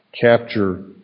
capture